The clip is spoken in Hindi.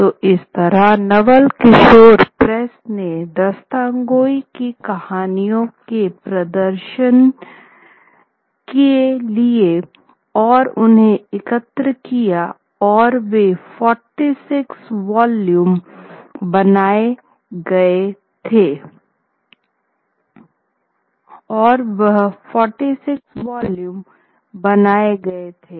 तो इसी तरह नवल किशोर प्रेस ने दास्तानगोई की कहानियों के प्रदर्शन किये और उन्हें एकत्र किया गया और ये 46 विशाल वॉल्यूम बनाए गए थे